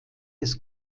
des